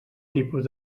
tipus